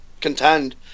contend